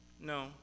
No